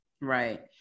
Right